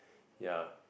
ya